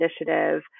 initiative